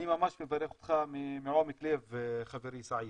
אני ממש מברך אותך מעומק הלב, חברי סעיד.